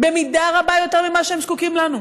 במידה רבה יותר ממה שהם זקוקים לנו.